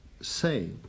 say